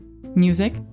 Music